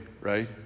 right